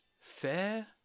fair